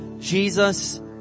Jesus